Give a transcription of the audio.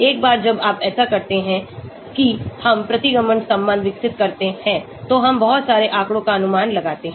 एक बार जब आप ऐसा करते हैं कि हम प्रतिगमन संबंध विकसित करते हैं तो हम बहुत सारे आंकड़ों का अनुमान लगाते हैं